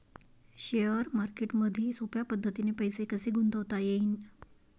Share मार्केटमधी सोप्या पद्धतीने पैसे कसे गुंतवता येईन?